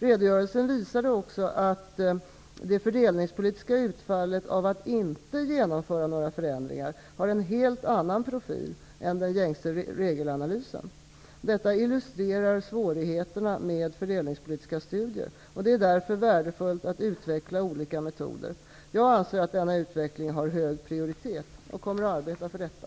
Redogörelsen visar också att det fördelningspolitiska utfallet av att inte genomföra några förändringar har en helt annan profil än den gängse regelanalysen. Detta illustrerar svårigheterna med fördelningspolitiska studier. Det är därför värdefullt att utveckla olika metoder. Jag anser att denna utveckling har hög prioritet, och jag kommer att arbeta för detta.